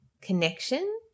connection